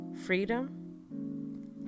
freedom